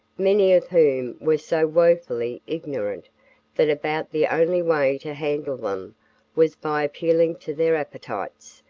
many of whom were so woefully ignorant that about the only way to handle them was by appealing to their appetites,